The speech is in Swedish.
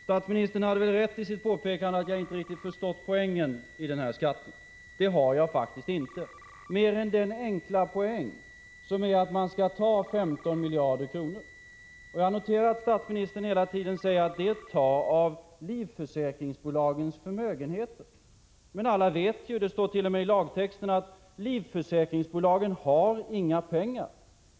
Statsministern hade väl rätt i sitt påpekande att jag inte riktigt förstått poängen med den här skatten. Det har jag faktiskt inte — inte mer än den enkla poängen att man skall ta 15 miljarder kronor. Jag noterar att statsministern hela tiden säger att det är att ta av livförsäkringsbolagens förmögenheter. Men alla vet ju — det står t.o.m. i lagtexten — att livförsäkringsbolagen inte har några pengar.